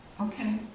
Okay